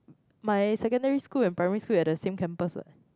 my secondary school and primary school at the same campus